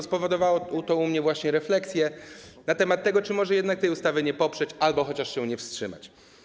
Spowodowało to u mnie refleksję na temat tego, czy może jednak tej ustawy nie poprzeć albo chociaż się nie wstrzymać.